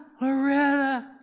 Loretta